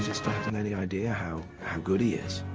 and any idea how how good he is